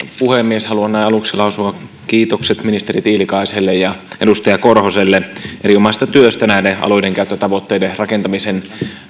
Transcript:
puhemies haluan näin aluksi lausua kiitokset ministeri tiilikaiselle ja edustaja korhoselle erinomaisesta työstä näiden alueidenkäyttötavoitteiden rakentamisen